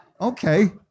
okay